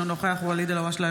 אינו נוכח ואליד אלהואשלה,